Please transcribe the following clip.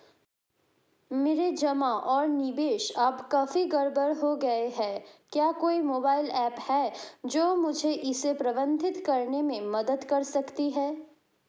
मेरे जमा और निवेश अब काफी गड़बड़ हो गए हैं क्या कोई मोबाइल ऐप है जो मुझे इसे प्रबंधित करने में मदद कर सकती है?